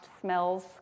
smells